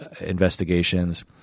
investigations